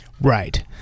Right